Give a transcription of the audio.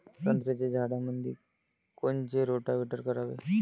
संत्र्याच्या झाडामंदी कोनचे रोटावेटर करावे?